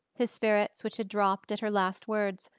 his spirits, which had dropped at her last words,